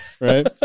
right